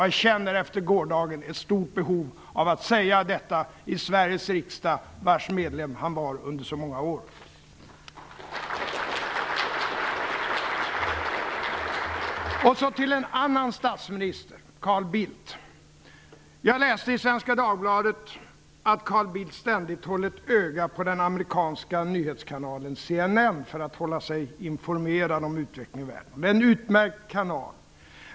Jag känner efter gårdagen ett stort behov av att säga detta i Sveriges riksdag, vars medlem han var under så många år. Till en annan statsminister, Carl Bildt: Jag läste i Svenska Dagbladet att Carl Bildt ständigt håller ett öga på den amerikanska nyhetskanalen CNN för att hålla sig informerad om utvecklingen i världen. Det är en utmärkt kanal.